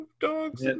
dogs